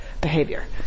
behavior